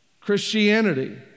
Christianity